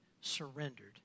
surrendered